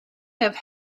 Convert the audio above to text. have